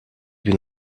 been